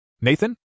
Nathan